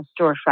storefront